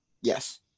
Yes